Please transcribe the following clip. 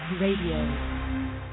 Radio